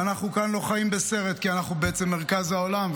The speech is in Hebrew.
ואנחנו כאן לא חיים בסרט כי אנחנו בעצם מרכז העולם,